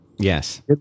Yes